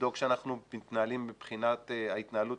לבדוק שאנחנו מתנהלים מבחינת ההתנהלות,